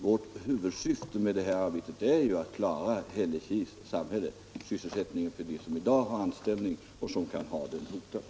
Vårt huvudsyfte med arbetsgruppen är att klara sysselsättningen för dem som i dag har anställning i cementfabriken, och därmed Hällekis samhälle.